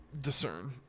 Discern